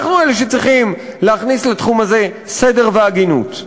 אנחנו אלה שצריכים להכניס לתחום הזה סדר והגינות.